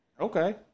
Okay